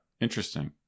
Interesting